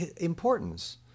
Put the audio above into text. importance